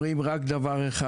אומרים רק דבר אחד: